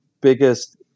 biggest